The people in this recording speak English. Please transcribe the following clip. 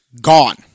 Gone